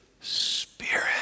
spirit